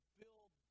build